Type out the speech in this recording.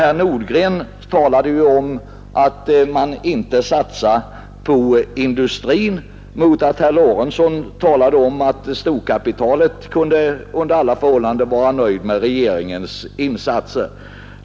Herr Nordgren ansåg att man inte satsade tillräckligt på industrin, medan herr Lorentzon menade att storkapitalet under alla förhållanden kunde vara nöjt med regeringens insatser.